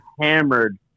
hammered